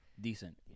Decent